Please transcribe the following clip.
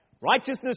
Righteousness